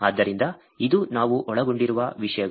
ಆದ್ದರಿಂದ ಇದು ನಾವು ಒಳಗೊಂಡಿರುವ ವಿಷಯಗಳು